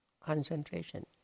concentration